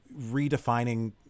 redefining